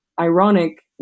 ironic